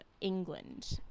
England